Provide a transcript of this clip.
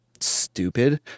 stupid